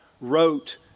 wrote